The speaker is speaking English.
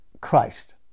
Christ